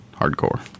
hardcore